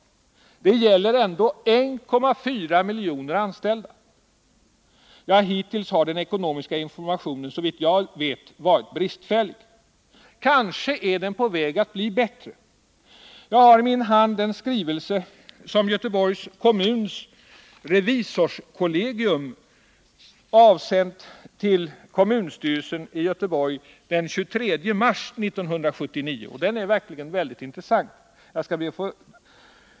Det gäller ändå 1,4 miljoner anställda. Hittills har den ekonomiska informationen varit bristfällig. Kanske är den på väg att bli bättre. Jag har i min hand en skrivelse som Göteborgs kommuns revisorskollegium översände till kommunstyrelsen i Göteborg den 23 mars 1979. Den är utomordentligt intressant.